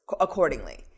accordingly